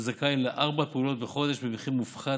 הוא זכאי לארבע פעולות בחודש במחיר מופחת